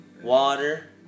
water